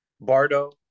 Bardo